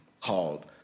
called